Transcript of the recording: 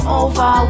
over